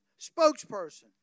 spokesperson